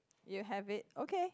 you have it okay